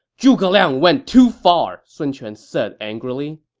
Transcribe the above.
zhuge liang went too far! sun quan said angrily